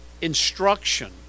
instruction